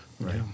Right